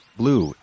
blue